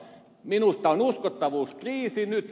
minusta on uskottavuuskriisi nyt